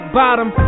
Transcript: bottom